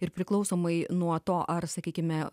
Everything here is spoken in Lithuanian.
ir priklausomai nuo to ar sakykime